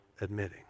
admitting